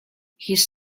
his